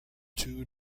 two